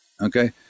Okay